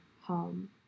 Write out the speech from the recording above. home